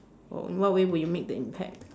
or in what way will you make the impact